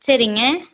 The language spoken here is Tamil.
சரிங்க